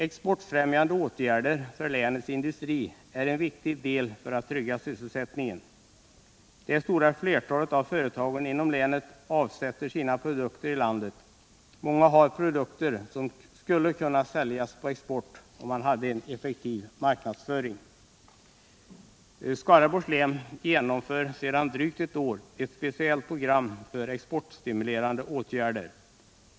Exportfrämjande åtgärder för länets industri är en viktig del i arbetet för att trygga sysselsättningen. Det stora flertalet av företagen inom länet avsätter sina produkter i landet. Många har produkter som skulle kunna säljas på export om man hade en effektiv marknadsföring. Skaraborgs län genomför sedan drygt ett år ett speciellt program för exportstimulerande åtgärder.